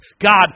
God